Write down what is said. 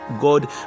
god